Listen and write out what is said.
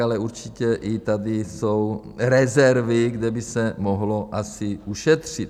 Ale určitě i tady jsou rezervy, kde by se mohlo asi ušetřit.